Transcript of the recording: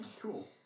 Cool